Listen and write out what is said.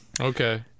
Okay